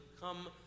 come